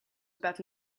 about